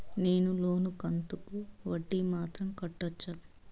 నేను లోను కంతుకు వడ్డీ మాత్రం కట్టొచ్చా?